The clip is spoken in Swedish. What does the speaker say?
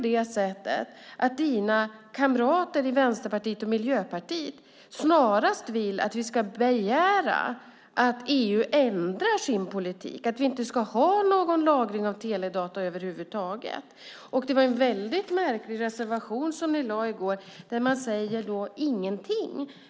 Dina kamrater i Vänsterpartiet och Miljöpartiet vill snarast att vi begär att EU ändrar sin politik så att vi inte ska ha någon lagring av teledata över huvud taget. Det var en märklig reservation ni lade fram i går. Den säger ingenting.